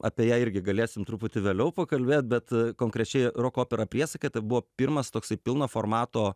apie ją irgi galėsim truputį vėliau pakalbėt bet konkrečiai roko opera priesaika tai buvo pirmas toksai pilno formato